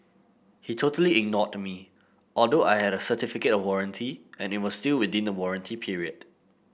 he totally ignored me although I had a certificate of warranty and it was still within the warranty period